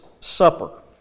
Supper